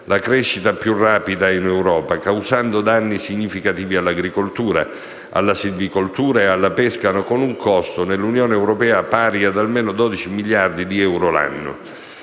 la crescita più rapida in Europa, causando danni significativi all'agricoltura, alla silvicoltura e alla pesca, con un costo nell'Unione europea pari ad almeno dodici miliardi di euro l'anno.